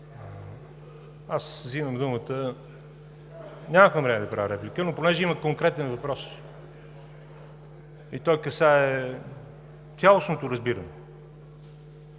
Взимам думата, нямах намерение да правя дуплика, но понеже има конкретен въпрос и той касае цялостното разбиране,